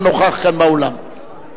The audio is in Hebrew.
אנו